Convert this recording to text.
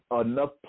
enough